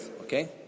okay